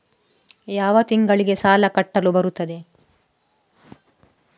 ಯಾವ ತಿಂಗಳಿಗೆ ಸಾಲ ಕಟ್ಟಲು ಬರುತ್ತದೆ?